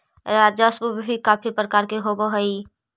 राजस्व भी काफी प्रकार के होवअ हई